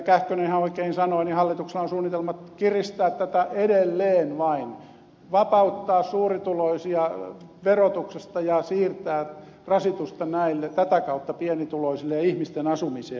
kähkönen ihan oikein sanoi hallituksella on suunnitelmat vain kiristää tätä edelleen vapauttaa suurituloisia verotuksesta ja siirtää rasitusta tätä kautta pienituloisille ja ihmisten asumiseen